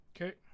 Okay